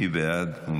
מי בעד?